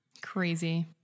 Crazy